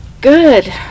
Good